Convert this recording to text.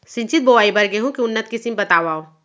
सिंचित बोआई बर गेहूँ के उन्नत किसिम बतावव?